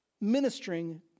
ministering